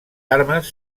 armes